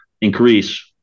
increase